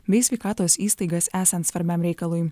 bei sveikatos įstaigas esant svarbiam reikalui